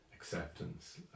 acceptance